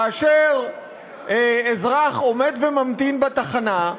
כאשר אזרח עומד וממתין בתחנה,